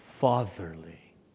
fatherly